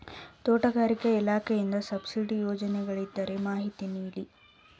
ತೋಟಗಾರಿಕೆ ಇಲಾಖೆಯಿಂದ ಸಬ್ಸಿಡಿ ಯೋಜನೆಗಳಿದ್ದರೆ ಮಾಹಿತಿ ನೀಡಿ?